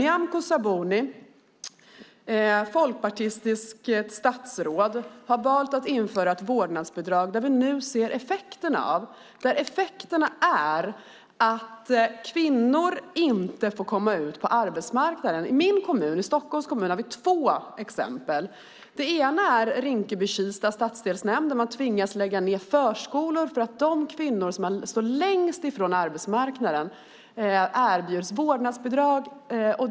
Nyamko Sabuni, folkpartistiskt statsråd, har valt att införa ett vårdnadsbidrag som vi nu ser effekterna av, nämligen att kvinnor inte får komma ut på arbetsmarknaden. I min hemkommun Stockholm har vi två exempel på det. Det ena är Rinkeby-Kista stadsdelsnämnd där man tvingas lägga ned förskolor eftersom de kvinnor som står längst från arbetsmarknaden erbjuds vårdnadsbidrag.